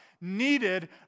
needed